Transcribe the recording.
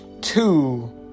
two